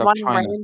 one